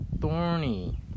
thorny